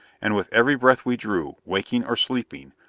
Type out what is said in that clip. and with every breath we drew, waking or sleeping,